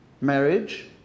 marriage